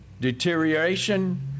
deterioration